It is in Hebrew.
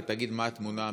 ותגיד: מה התמונה האמיתית?